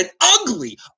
ugly